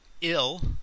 ill